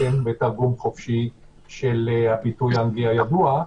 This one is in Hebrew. בתרגום חופשי של הביטוי האנגלי הידוע,